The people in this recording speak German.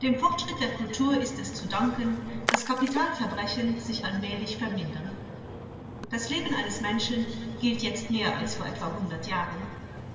dem fortschritt der kultur ist es zu danken daß kapitalverbrechen sich allmählich vermindern das leben eines menschen gilt jetzt mehr als vor etwa hundert jahren